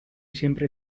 siempre